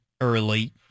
early